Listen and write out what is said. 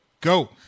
Go